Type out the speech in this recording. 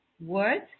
words